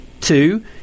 Two